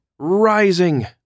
rising